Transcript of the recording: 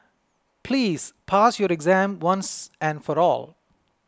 please pass your exam once and for all